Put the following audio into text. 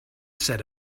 said